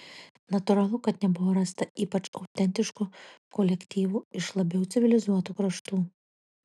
natūralu kad nebuvo rasta ypač autentiškų kolektyvų iš labiau civilizuotų kraštų